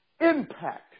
impact